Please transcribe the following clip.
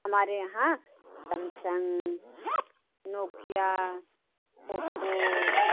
हमारे यहाँ Samsung Nokia Oppo